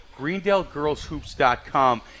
greendalegirlshoops.com